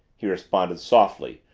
he responded softly,